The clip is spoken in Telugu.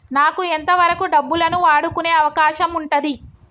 నాకు ఎంత వరకు డబ్బులను వాడుకునే అవకాశం ఉంటది?